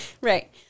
right